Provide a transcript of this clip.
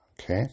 Okay